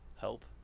help